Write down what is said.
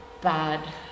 bad